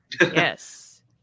Yes